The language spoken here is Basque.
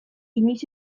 inoiz